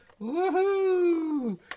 Woohoo